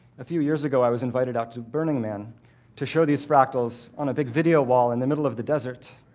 a few years ago, i was invited out to burning man to show these fractals on a big video wall in the middle of the desert.